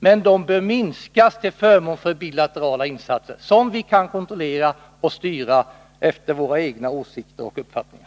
Men de bör minskas till förmån för bilaterala insatser, som vi kan kontrollera och styra efter våra egna åsikter och uppfattningar.